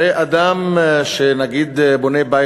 הרי אדם שבונה בית,